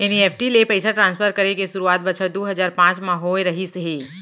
NEFT ले पइसा transfer करे के सुरूवात बछर दू हजार पॉंच म होय रहिस हे